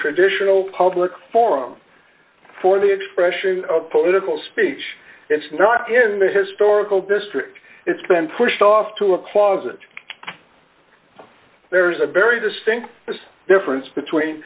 traditional public forum for the expression of political d speech if not in the historical district it's been pushed off to applause it there's a very distinct difference between